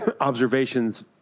observations